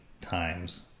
times